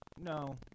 no